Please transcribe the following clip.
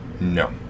No